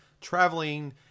traveling